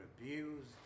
abused